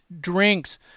drinks